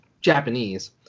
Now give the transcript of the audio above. Japanese